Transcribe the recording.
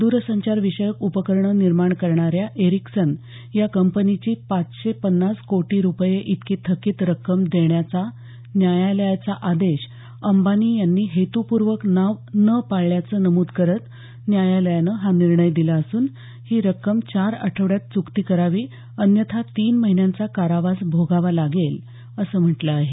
दरसंचार विषयक उपकरणं निर्माण करणाऱ्या एरिक्सन या कंपनीची पाचशे पन्नास कोटी रुपये इतकी थकित रक्कम देण्याचा न्यायालयाचा आदेश अंबानी यांनी हेतूपूर्वक न पाळल्याचं नमूद करत न्यायालयानं हा निर्णय दिला असून ही रक्कम चार आठवड्यात च्वकती करावी अन्यथा तीन महिन्यांचा कारावास भोगावा लागेल असा इशारा दिला आहे